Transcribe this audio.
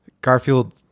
Garfield